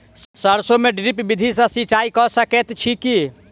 सैरसो मे ड्रिप विधि सँ सिंचाई कऽ सकैत छी की?